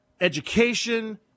education